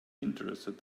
interested